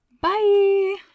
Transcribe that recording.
Bye